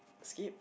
skip